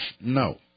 No